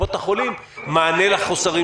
לקופות החולים מענה לחֹסרים,